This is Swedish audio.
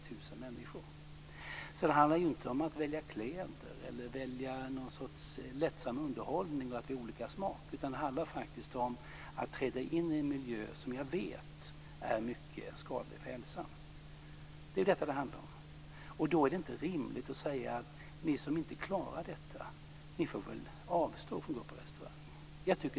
Det är alltså inte detsamma som att välja kläder eller välja en lättsam underhållning och att vi har olika smak, utan det rör sig faktiskt om att träda in i en miljö som man vet är mycket skadlig för hälsan. Då är det inte rimligt att säga att de som inte klarar detta får avstå från att gå på restaurang.